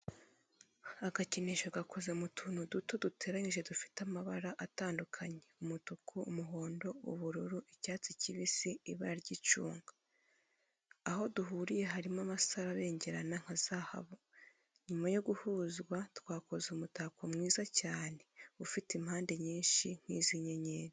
Agakinisho gakoze mu tuntu duto duteranyije dufite amabara atandukanye umutuku, umuhondo, ubururu, icyatsi kibisi, ibarara ry'icunga. Aho duhuriye harimo amasaro abengerana nka zahabu, nyuma yo guhuzwa twakoze umutako mwiza cyane ufite impande nyinshi nk'izi' inyenyeri.